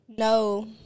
no